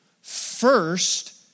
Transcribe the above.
first